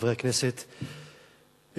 חברי הכנסת,